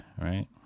right